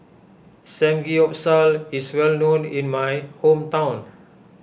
Samgeyopsal is well known in my hometown